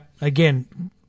Again